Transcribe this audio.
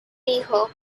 hijo